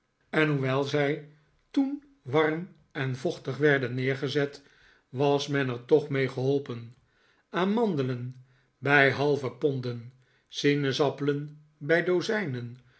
en hoewel zij toen warm en vochtig werden neergezet was men er toch mee geholpen amandelen bij halve ponden sinaasappelen bij dozijnen